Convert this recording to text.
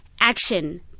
action